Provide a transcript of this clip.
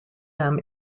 them